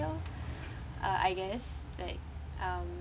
child I guess like um